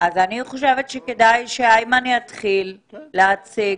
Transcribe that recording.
אני חושבת שכדאי שאיימן יתחיל להציג,